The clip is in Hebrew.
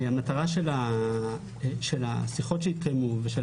המטרה של השיחות שהתקיימו ושל